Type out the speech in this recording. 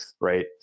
right